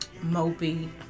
mopey